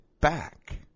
back